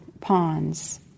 ponds